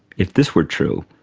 if this were true,